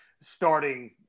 starting